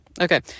Okay